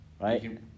right